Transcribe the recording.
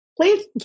please